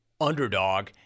underdog